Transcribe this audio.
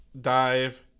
Dive